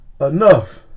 enough